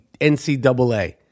NCAA